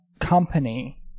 company